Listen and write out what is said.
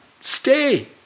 Stay